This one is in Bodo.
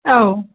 औ